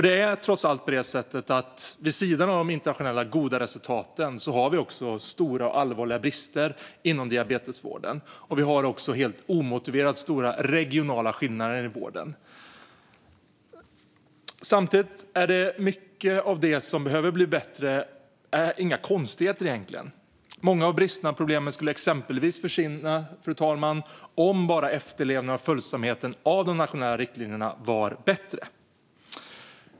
Det är trots allt på det sättet att vi vid sidan av de internationellt goda resultaten även har stora och allvarliga brister inom diabetesvården. Vi har också helt omotiverat stora regionala skillnader i vården. Mycket av det som behöver bli bättre är egentligen inga konstigheter. Många av bristerna och problemen skulle exempelvis försvinna, fru talman, om bara efterlevnaden och följsamheten gentemot de nationella riktlinjerna var bättre.